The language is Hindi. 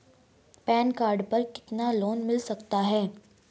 पैन कार्ड पर कितना लोन मिल सकता है?